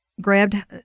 grabbed